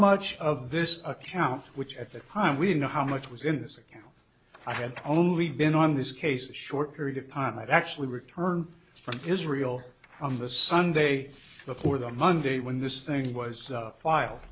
much of this account which at the time we didn't know how much was in the second i had only been on this case a short period of time and actually returned from israel on the sunday before the monday when this thing was filed